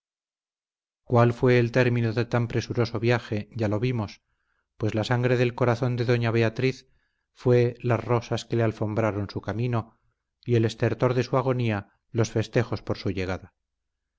cuál fue el término de tan presuroso viaje ya lo vimos pues la sangre del corazón de doña beatriz fue las rosas que alfombraron su camino y el estertor de su agonía los festejos por su llegada